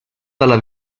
dalla